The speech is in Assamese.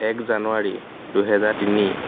এক জানুৱাৰী দুহেজাৰ তিনি